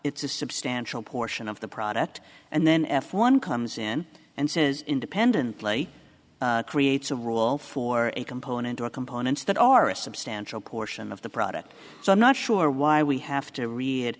it's a substantial portion of the product and then f one comes in and says independently creates a rule for a component or components that are a substantial portion of the product so i'm not sure why we have to read